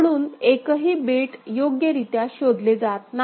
म्हणून एकही बिट योग्यरीत्या शोधले जात नाही